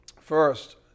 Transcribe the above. First